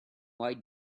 white